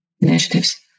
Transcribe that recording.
initiatives